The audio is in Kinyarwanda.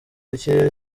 ikirere